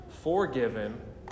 forgiven